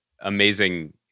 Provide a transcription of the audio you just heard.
amazing